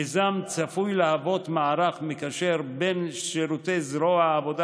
המיזם צפוי להוות מערך מקשר בין שירותי זרוע העבודה